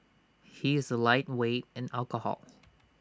he is A lightweight in alcohol